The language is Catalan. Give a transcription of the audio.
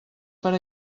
per